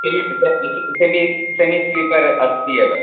किं से semi semi sleeper अस्ति एव